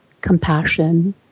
compassion